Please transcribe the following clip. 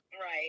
Right